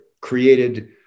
created